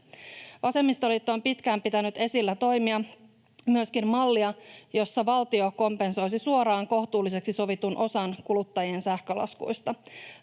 Vasemmistoliitto on pitkään pitänyt esillä toimia, myöskin mallia, jossa valtio kompensoisi suoraan kohtuulliseksi sovitun osan kuluttajien sähkölaskuista.